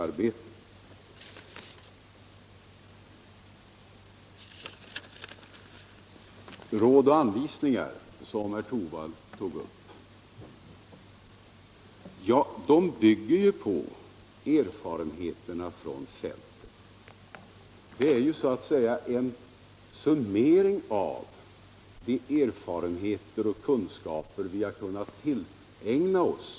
Råd och anvisningar - som herr Torwald tog upp —- bygger ju på erfarenheterna från fältet, och det är en summering av de erfarenheter och de kunskaper vi har kunnat tillägna oss.